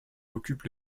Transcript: occupe